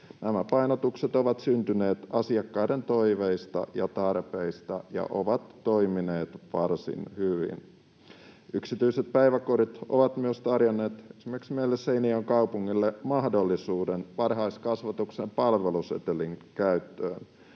Nämä painotukset ovat syntyneet asiakkaiden toiveista ja tarpeista ja ovat toimineet varsin hyvin. Yksityiset päiväkodit ovat myös tarjonneet esimerkiksi meille, Seinäjoen kaupungille, mahdollisuuden varhaiskasvatuksen palvelusetelin käyttöön.